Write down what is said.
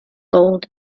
gold